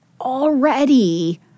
already